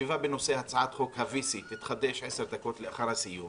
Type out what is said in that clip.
הישיבה בנושא הצעת חוק ה-VC תתחדש עשר דקות לאחר הסיום